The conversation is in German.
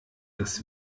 das